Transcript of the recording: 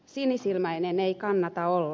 sinisilmäinen ei kannata olla